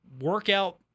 workout